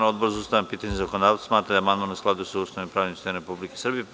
Odbor za ustavna pitanja i zakonodavstvo smatra da je amandman u skladu sa Ustavom i pravnim sistemom Republike Srbije.